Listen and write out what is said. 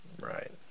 Right